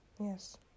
yes